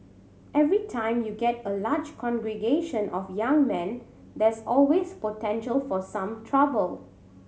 every time you get a large congregation of young men there's always potential for some trouble